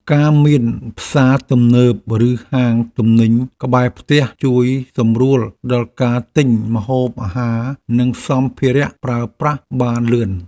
ការមានផ្សារទំនើបឬហាងទំនិញក្បែរផ្ទះជួយសម្រួលដល់ការទិញម្ហូបអាហារនិងសម្ភារៈប្រើប្រាស់បានលឿន។